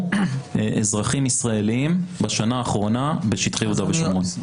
אזרחים ישראלים בשנה האחרונה בשטחי יהודה ושומרון.